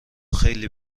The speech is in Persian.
خیلی